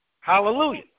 Hallelujah